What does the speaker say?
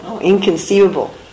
Inconceivable